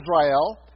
Israel